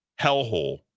hellhole